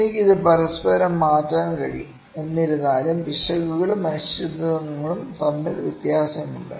എനിക്ക് ഇത് പരസ്പരം മാറ്റാൻ കഴിയും എന്നിരുന്നാലും പിശകുകളും അനിശ്ചിതത്വങ്ങളും തമ്മിൽ വ്യത്യാസമുണ്ട്